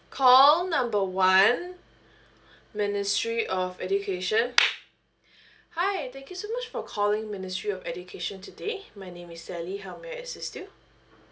call number one ministry of education hi thank you so much for calling ministry of education today my name is sally how may I assist you